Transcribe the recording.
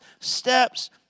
steps